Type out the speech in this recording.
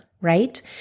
right